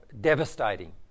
devastating